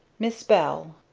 miss bell.